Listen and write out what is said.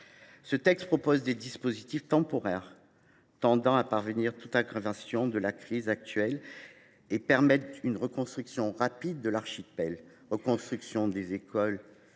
Ce texte comporte des dispositions temporaires visant à prévenir toute aggravation de la crise actuelle et à permettre une reconstruction rapide de l’archipel : reconstruction des écoles